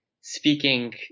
speaking